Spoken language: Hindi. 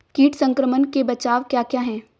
कीट संक्रमण के बचाव क्या क्या हैं?